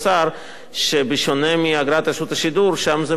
שבשונה מאגרת רשות השידור, שם זה מעשה וולונטרי,